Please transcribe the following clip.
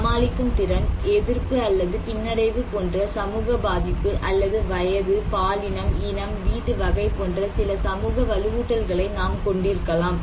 சமாளிக்கும் திறன் எதிர்ப்பு அல்லது பின்னடைவு போன்ற சமூக பாதிப்பு அல்லது வயது பாலினம் இனம் வீட்டு வகை போன்ற சில சமூக வலுவூட்டல்களை நாம் கொண்டிருக்கலாம்